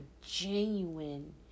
genuine